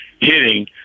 hitting